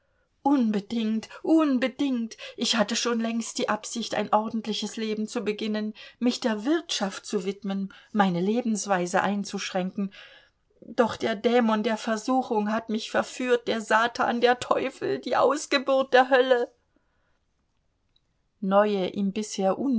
unbedingt unbedingt ich hatte schon längst die absicht ein ordentliches leben zu beginnen mich der wirtschaft zu widmen meine lebensweise einzuschränken doch der dämon der versuchung hat mich verführt der satan der teufel die ausgeburt der hölle neue ihm bisher